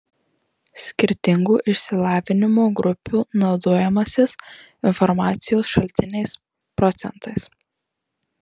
skirtingų išsilavinimo grupių naudojimasis informacijos šaltiniais procentais